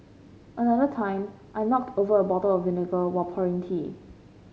another time I knocked over a bottle of vinegar while pouring tea